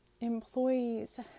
employees